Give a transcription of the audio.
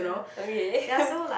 okay